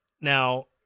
now